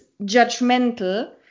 judgmental